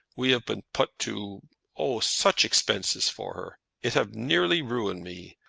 we have been put to oh, such expenses for her! it have nearly ruined me.